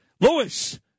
Lewis